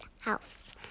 house